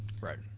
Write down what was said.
Right